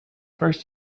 first